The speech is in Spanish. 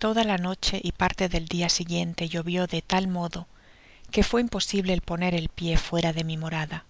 toda la noche y parte del dia siguiente llovió de tal modo que fue imposible el poner el pio fuera de mi morada